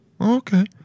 okay